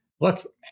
Look